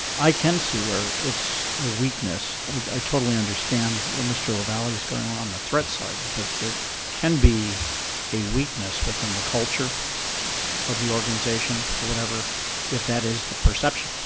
i can see where it's a weakness. like i totally understand where mr. lavalley is going on the threat side. but it can be a weakness within the culture of the organization or whatever if that is the perception.